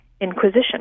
Inquisition